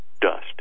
dust